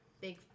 big